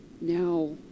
now